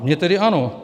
Mě tedy ano.